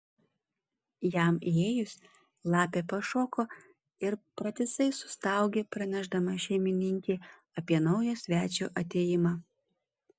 jam įėjus lapė pašoko ir pratisai sustaugė pranešdama šeimininkei apie naujo svečio atėjimą